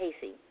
Casey